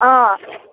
अँ